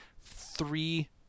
three